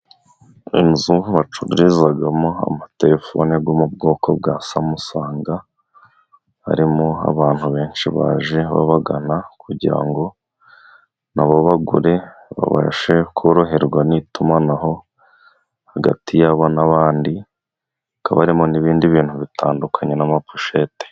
Inzu bacururizamo amatelefone yo mu bwoko bwa samusanga. Harimo abantu benshi baje babagana kugira ngo na bo bagure, babashe koroherwa n'itumanaho hagati yabo n'abandi, hakaba harimo n'ibindi bintu bitandukanye n'amaposhete.